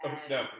no